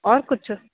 और कुझु